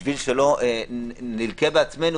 כדי שלא נלקה בעצמנו,